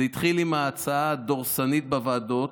זה התחיל בהצעה הדורסנית בוועדות,